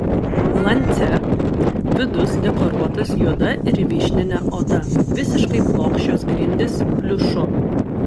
lancia vidus dekoruotas juoda ir vyšnine oda visiškai plokščios grindys pliušu